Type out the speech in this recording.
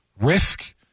risk